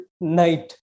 night